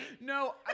No